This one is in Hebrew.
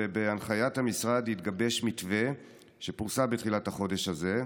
ובהנחיית המשרד התגבש מתווה ופורסם בתחילת החודש הזה.